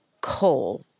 coal